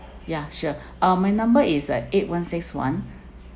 ya sure ah my number is at eight one six one